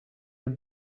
your